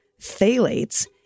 phthalates